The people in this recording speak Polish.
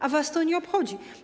A was to nie obchodzi.